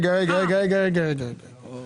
רגע, רגע.